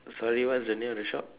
sorry what's the name of the shop